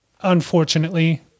unfortunately